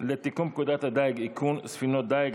לתיקון פקודת הדיג (איכון ספינות דיג),